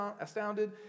astounded